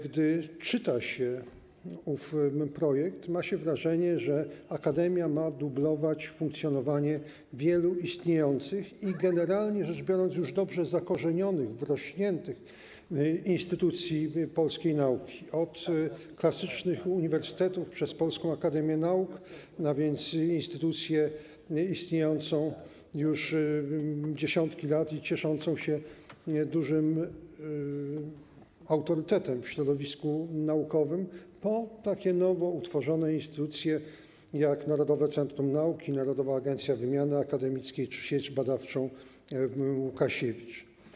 Gdy czyta się ów projekt, ma się wrażenie, że akademia ma dublować funkcjonowanie wielu istniejących i, generalnie rzecz biorąc, już dobrze zakorzenionych, wrośniętych instytucji polskiej nauki, od klasycznych uniwersytetów przez Polską Akademię Nauk, a więc instytucję istniejącą już dziesiątki lat i cieszącą się dużym autorytetem w środowisku naukowym, po takie nowo utworzone instytucje jak Narodowe Centrum Nauki, Narodowa Agencja Wymiany Akademickiej czy Sieć Badawcza Łukasiewicz.